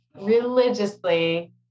religiously